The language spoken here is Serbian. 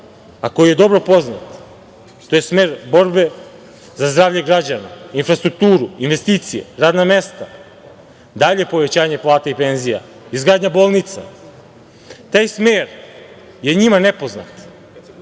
a koji je dobro poznat. To je smer borbe za zdravlje građana, infrastrukturu, investicije, radna mesta, dalje povećanje plata i penzija, izgradnja bolnica. Taj smer je njima nepoznat,